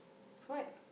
what